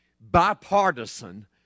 bipartisan